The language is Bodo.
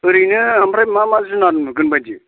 ओरैनो ओणफ्राय मा मा जुनार नुगोन बायदि